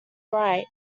right